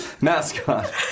mascot